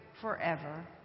forever